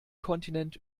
kontinent